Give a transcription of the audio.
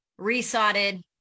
resotted